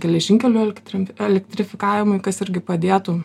geležinkelių elektrin elektrifikavimui kas irgi padėtų